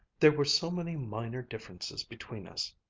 there were so many minor differences between us.